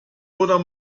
oder